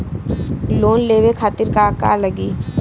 Loan लेवे खातीर का का लगी?